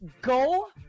Go